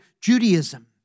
Judaism